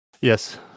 Yes